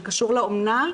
זה קשור לאומנה.